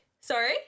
Sorry